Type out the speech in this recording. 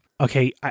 okay